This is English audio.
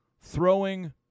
throwing